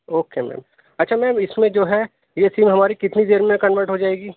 okay ma'am اچھا ma'am اس میں جو ہے یہ سم ہماری کتنی دیر میں کنورٹ ہو جائے گی